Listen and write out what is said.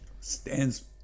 stands